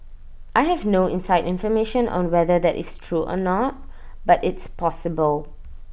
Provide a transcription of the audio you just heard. I have no inside information on whether that is true or not but it's possible